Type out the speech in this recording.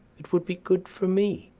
it would be good for me.